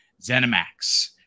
ZeniMax